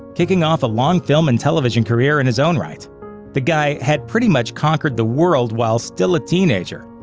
kicking off a long film and television career in his own right the guy had pretty much conquered the world while still a teenager,